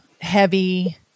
heavy